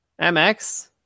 MX